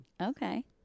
Okay